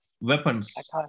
weapons